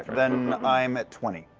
then i'm at twenty.